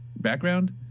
background